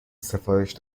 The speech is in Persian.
سفارش